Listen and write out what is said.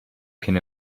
can